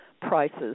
prices